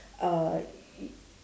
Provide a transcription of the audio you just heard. uh